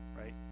right